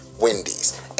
Wendy's